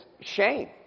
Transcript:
shame